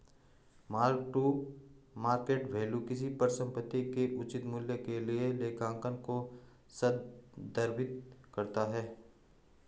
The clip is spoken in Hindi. मार्क टू मार्केट वैल्यू किसी परिसंपत्ति के उचित मूल्य के लिए लेखांकन को संदर्भित करता है